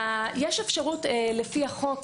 יש אפשרות לפי החוק,